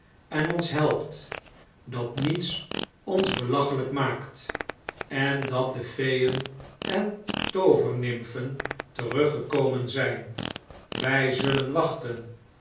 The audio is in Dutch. en ons helpt dat niets ons belachelyk maakt en dat de feeen en toovernimfen teruggekomen zyn wy zullen wachten